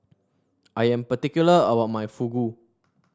I am particular about my Fugu